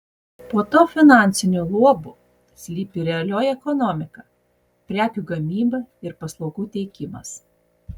po tuo finansiniu luobu slypi realioji ekonomika prekių gamyba ir paslaugų teikimas